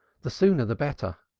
the sooner the better.